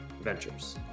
ventures